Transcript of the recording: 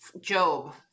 Job